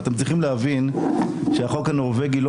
ואתם צריכים להבין שהחוק הנורבגי לא